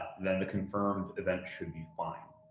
then the confirm event should be fine.